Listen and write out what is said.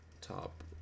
top